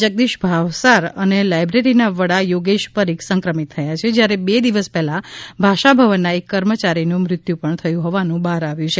જગદીશ ભાવસાર અને લાઈબ્રેરીના વડા યોગેશ પરિખ સંક્રમિત થયા છે જ્યારે બે દિવસ પહેલા ભાષા ભવનના એક કર્મચારીનું મૃત્યુ પણ થયું હોવાનું બહાર આવ્યું છે